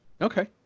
Okay